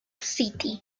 city